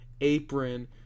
apron